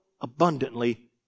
abundantly